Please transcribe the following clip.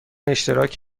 اشتراک